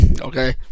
Okay